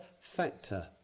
factor